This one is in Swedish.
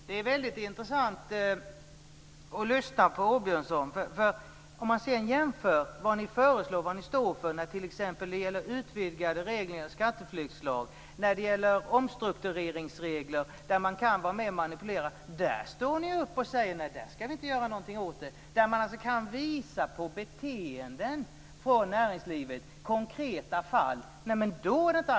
Fru talman! Det är intressant att lyssna på Åbjörnsson. När det gäller t.ex. utvidgade regler inom skatteflyktslagen, omstruktureringsregler där det går att manipulera, säger ni att ni inte ska göra någonting. Då det går att visa på konkreta fall, beteenden, inom näringslivet är det inte aktuellt med någonting.